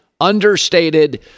understated